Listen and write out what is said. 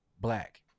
black